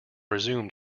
resumed